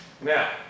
Now